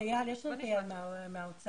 יש את אייל מהאוצר.